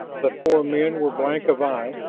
the four men were blank of eye,